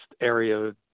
area